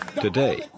Today